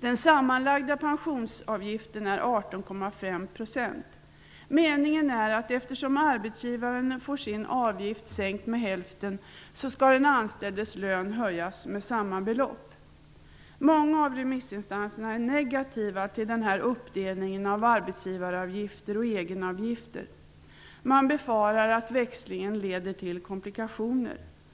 Meningen är att den anställdes lön, eftersom arbetsgivaren får sin avgift sänkt med hälften, skall höjas med samma belopp. Många av remissinstanserna är negativa till den här uppdelningen mellan arbetsgivaravgifter och egenavgifter. Man befarar att växlingen kommer att leda till komplikationer.